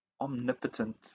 omnipotent